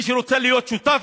מי שרוצה להיות שותף,